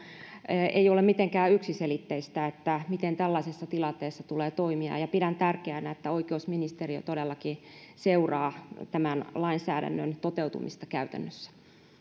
ei ole mitenkään yksiselitteistä miten tällaisessa tilanteessa tulee toimia pidän tärkeänä että oikeusministeriö todellakin seuraa tämän lainsäädännön toteutumista käytännössä